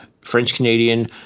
French-Canadian